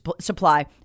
supply